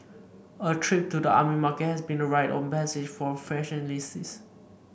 a trip to the army market has been a rite of passage for fresh enlistees